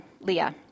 Leah